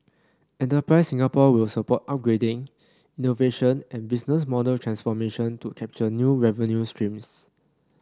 enterprise Singapore will support upgrading innovation and business model transformation to capture new revenue streams